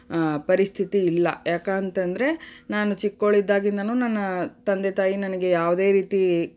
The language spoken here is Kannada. ಪರಿಸ್ಥಿತಿ ಇಲ್ಲ ಯಾಕಂತಂದರೆ ನಾನು ಚಿಕ್ಕವಳಿದ್ದಾಗಿಂದನು ನನ್ನ ತಂದೆ ತಾಯಿ ನನಗೆ ಯಾವುದೇ ರೀತಿ